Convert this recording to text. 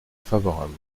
favorable